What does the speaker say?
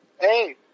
Hey